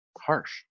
harsh